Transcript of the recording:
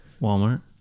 Walmart